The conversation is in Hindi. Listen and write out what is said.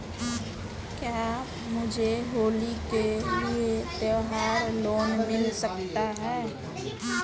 क्या मुझे होली के लिए त्यौहार लोंन मिल सकता है?